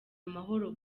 amahoro